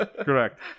correct